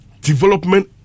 development